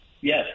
Yes